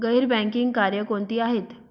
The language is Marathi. गैर बँकिंग कार्य कोणती आहेत?